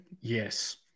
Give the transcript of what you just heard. Yes